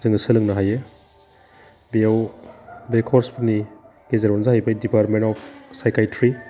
जोङो सोलोंनो हायो बेयाव बे कर्सफोरनि गेजेरावनो जाहैबाय डिपार्टमेन्ट अफ साइकैत्री